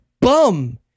bum